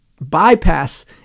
bypass